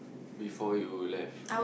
before you left